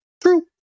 True